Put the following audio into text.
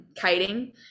kiting